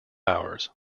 hours